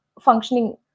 functioning